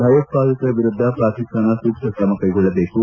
ಭಯೋತ್ವಾದಕರ ವಿರುದ್ದ ಪಾಕಿಸ್ತಾನ ಸೂಕ್ತ ಕ್ರಮ ಕೈಗೊಳ್ಳಬೇಕು